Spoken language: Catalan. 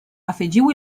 afegiu